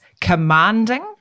commanding